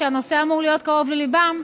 שהנושא אמור להיות קרוב לליבם,